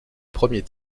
premier